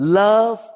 love